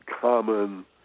common